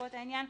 בנסיבות העניין,